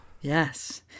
yes